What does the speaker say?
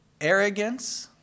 arrogance